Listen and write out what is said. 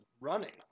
running